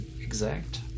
exact